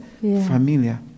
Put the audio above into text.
familiar